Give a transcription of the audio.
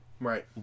Right